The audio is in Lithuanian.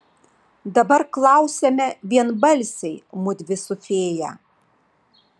dabar klausiame vienbalsiai mudvi su fėja